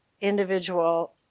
individual